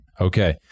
Okay